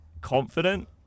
confident